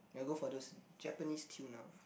you'll go for those Japanese tuner